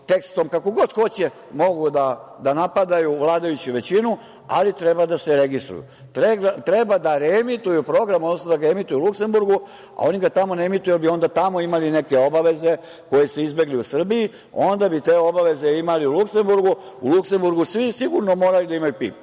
tekstom, kako god hoće, mogu da napadaju vladajuću većinu, ali treba da se registruju. Treba da reemituju program, odnosno da ga emituju u Luksemburgu, a oni ga tamo ne emituju, jer bi onda tamo imali neke obaveze koje su izbegli u Srbiji, onda bi te obaveze imali u Luksemburgu. U Luksemburgu svi sigurno moraju da imaju